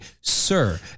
sir